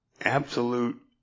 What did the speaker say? absolute